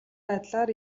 байдлаар